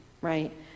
right